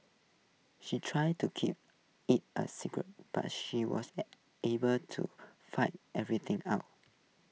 she tried to keep IT A secret but she was able to fight everything out